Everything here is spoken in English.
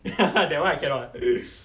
that one I cannot